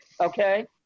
Okay